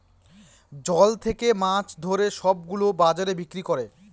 জল থাকে মাছ ধরে সব গুলো বাজারে বিক্রি করে